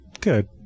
Good